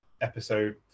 episode